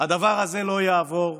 הדבר הזה לא יעבור,